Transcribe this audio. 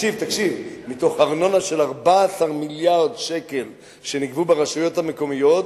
של 14 מיליארד שקל שנגבו ברשויות המקומיות